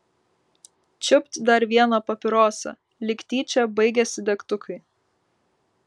čiupt dar vieną papirosą lyg tyčia baigėsi degtukai